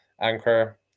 Anchor